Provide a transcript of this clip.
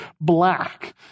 black